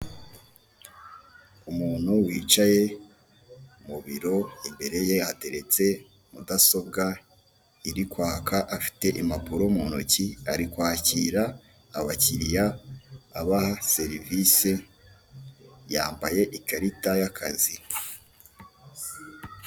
Umuntu wicaye mu biro, imbere ye hateretse mudasobwa iri kwaka, afite impapuro mu ntoki, ari kwakira abakiriya abaha serivise, yambaye ikarita y'akazi.